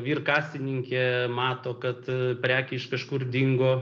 vyr kasininkė mato kad prekė iš kažkur dingo